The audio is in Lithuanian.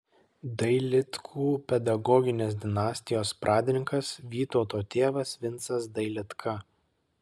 dailidkų pedagoginės dinastijos pradininkas vytauto tėvas vincas dailidka